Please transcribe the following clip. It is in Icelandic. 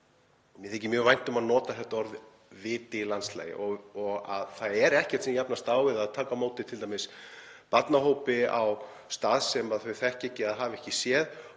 Mér þykir mjög vænt um að nota þessi orð: Viti í landslagi. Það er ekkert sem jafnast á við að taka á móti til dæmis barnahópi á stað sem þau þekkja ekki eða hafa ekki séð